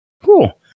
Cool